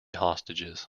hostages